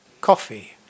coffee